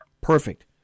Perfect